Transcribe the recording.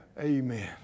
Amen